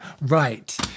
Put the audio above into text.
right